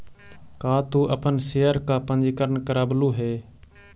का तू अपन शेयर का पंजीकरण करवलु हे